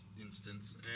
instance